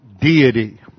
deity